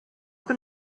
can